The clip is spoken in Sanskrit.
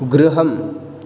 गृहम्